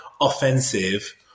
offensive